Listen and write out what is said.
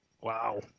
wow